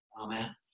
Amen